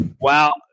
Wow